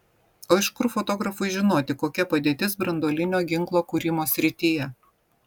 o iš kur fotografui žinoti kokia padėtis branduolinio ginklo kūrimo srityje